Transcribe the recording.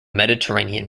mediterranean